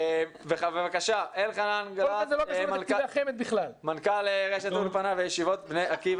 בבקשה אלחנן גלט מנכ"ל רשת אולפנה וישיבות בני עקיבא